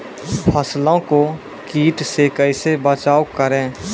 फसलों को कीट से कैसे बचाव करें?